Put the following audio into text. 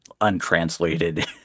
untranslated